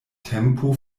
tempo